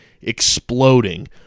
exploding